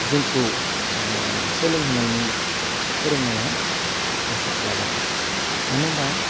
जोंखौ ओह सोलोंहोनायनि फोरोंनाया एसे आलादाखा मानो होमबा